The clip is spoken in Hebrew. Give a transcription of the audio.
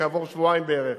כעבור שבועיים בערך